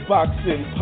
Boxing